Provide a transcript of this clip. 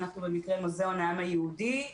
אנחנו במקרה מוזיאון העם היהודי,